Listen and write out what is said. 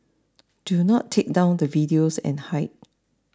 do not take down the videos and hide